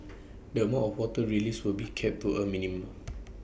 the amount of water released will be kept to A minimum